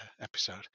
episode